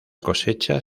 cosecha